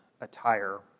attire